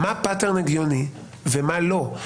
מה דפוס הגיוני ומה לא.